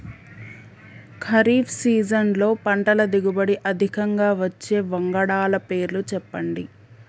ఖరీఫ్ సీజన్లో పంటల దిగుబడి అధికంగా వచ్చే వంగడాల పేర్లు చెప్పండి?